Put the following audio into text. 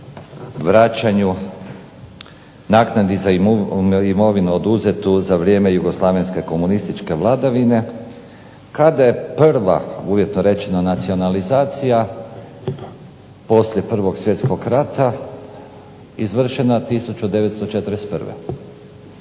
vraćanju naknadi za imovinu oduzetu za vrijeme Jugoslavenske komunističke vladavine kada je prva, uvjetno rečeno nacionalizacija poslije 1. svjetskog rata, izvršena 1941.